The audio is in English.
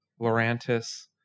lorantis